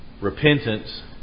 Repentance